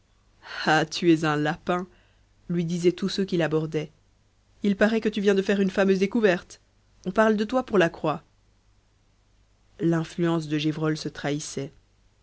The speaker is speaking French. ah tu es un lapin lui disaient tous ceux qu'il abordait il paraît que tu viens de faire une fameuse découverte on parle de toi pour la croix l'influence de gévrol se trahissait